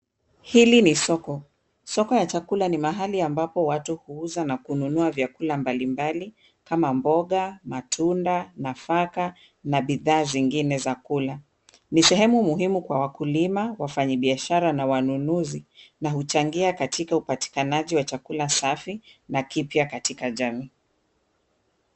Hili ni soko. Soko ya chakula ni mahali ambapo watu huuza na kununua vyakula mbalimbali kama mboga, matunda, nafaka na bidhaa zingine za kula. Ni sehemu muhimu kwa wakulima, wafanyibiashara na wanunuzi na huchangia katika upatikanaji wa chakula safi na kipya katika jamii.